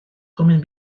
comen